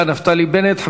תודה לשר הכלכלה נפתלי בנט.